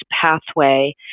pathway